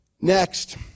next